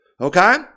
Okay